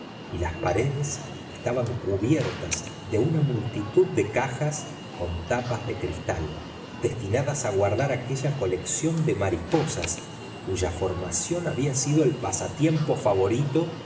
y las paredes estaban cubiertas de una multitud de cajas con tapas de cristal destinadas á guardar aquella colección de mariposas cuya formación había sido el pasatiempo favorito